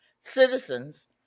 Citizens